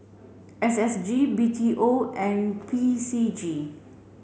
S S G B T O and P C G